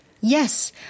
Yes